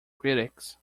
critics